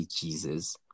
Jesus